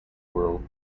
world